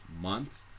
month